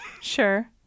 sure